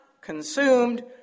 consumed